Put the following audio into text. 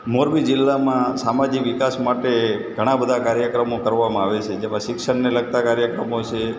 મોરબી જિલ્લામાં સામાજિક વિકાસ માટે ઘણા બધા કાર્યક્રમો કરવામાં આવે છે જેમાં શિક્ષણને લગતા કાર્યક્રમો છે